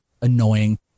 annoying